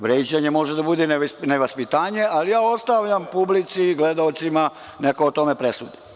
Vređanje može da bude nevaspitanje, ali ja ostavljam publici i gledaocima neka o tome presude.